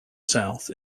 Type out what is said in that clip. south